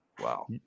wow